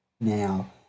now